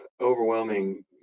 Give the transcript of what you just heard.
overwhelming